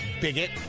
bigot